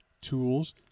tools